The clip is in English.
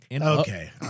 Okay